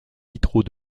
vitraux